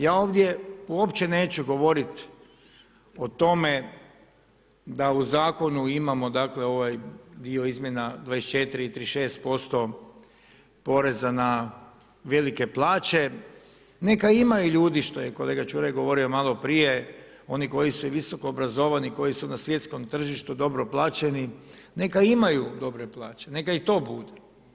Ja ovdje, uopće neću govoriti o tome, da u zakonu imamo ovaj dio izmjena 24 i 36 posto poreza na velike plaće, neka imaju ljudi što je kolega Čuraj govorio maloprije, oni koji su visokoobrazovani, koji su na svjetskom tržištu dobro plaćeni, neka imaju dobre plaće, neka i do bude.